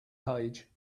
page